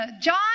John